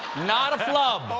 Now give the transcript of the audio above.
not a flub.